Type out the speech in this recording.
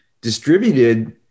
distributed